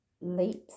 leaps